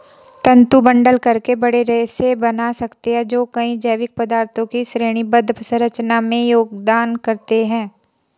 तंतु बंडल करके बड़े रेशे बना सकते हैं जो कई जैविक पदार्थों की श्रेणीबद्ध संरचना में योगदान करते हैं